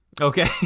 Okay